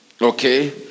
okay